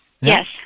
Yes